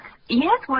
Yes